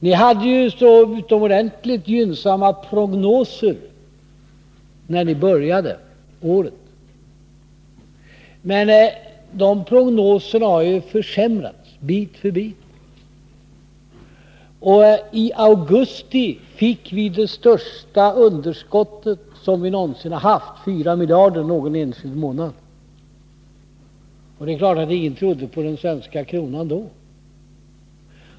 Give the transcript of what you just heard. Ni hade också utomordentligt gynnsamma prognoser när ni började året. Men de prognoserna har försämrats bit för bit, och i augusti fick vi det största underskottet som vi någonsin haft, 4 miljarder, någon enskild månad. Det är klart att ingen trodde på den svenska kronan då.